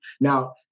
Now